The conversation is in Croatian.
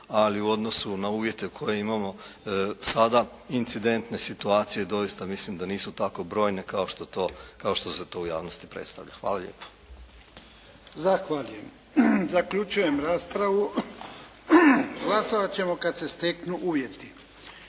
ali u odnosu na uvjete koje imamo sada incidentne situacije doista mislim da nisu tako brojne kao se to u javnosti predstavlja. Hvala lijepo. **Jarnjak, Ivan (HDZ)** Zahvaljujem. Zaključujem raspravu. Glasovat ćemo kad se steknu uvjeti.